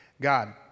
God